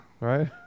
right